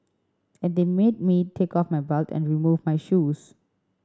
and they made me take off my belt and remove my shoes